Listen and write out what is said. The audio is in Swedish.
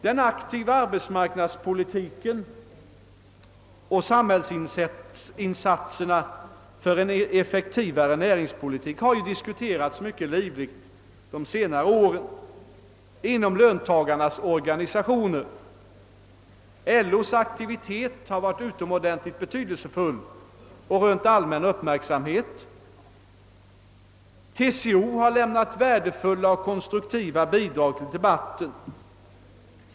Den aktiva arbetsmarknadspolitiken och samhällsinsatserna för en effektivare näringspolitik har ju diskuterats mycket livligt under senare år inom löntagarnas organisationer. LO:s aktivitet har varit utomordentligt betydelsefull och rönt allmän uppmärksamhet. TCO har lämnat värdefulla och konstruktiva bidrag till debatten.